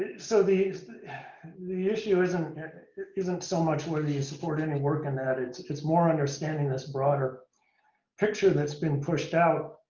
so the the issues and isn't so much whether you support any and and work in that, it's it's more understanding this broader picture that's been pushed out,